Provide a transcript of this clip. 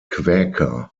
quäker